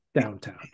downtown